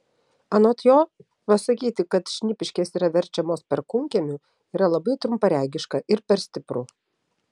anot jo pasakyti kad šnipiškės yra verčiamos perkūnkiemiu yra labai trumparegiška ir per stipru